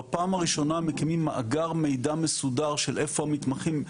בפעם הראשונה מקימים מאגר מידע מסודר של איפה המתמחים,